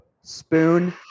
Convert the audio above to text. spoon